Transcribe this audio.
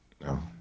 No